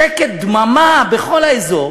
שקט דממה בכל האזור,